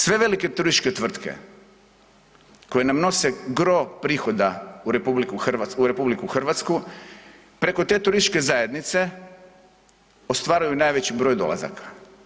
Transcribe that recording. Sve velike turističke tvrtke koje nam nose gro prihoda u RH preko te turističke zajednice ostvaruju najveći broj dolazaka.